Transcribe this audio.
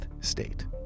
state